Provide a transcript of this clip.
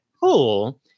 cool